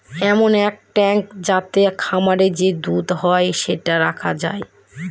এমন এক ট্যাঙ্ক যাতে খামারে যে দুধ হয় সেটা রাখা যায়